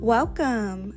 Welcome